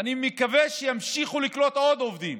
ואני מקווה שימשיכו לקלוט עוד עובדים,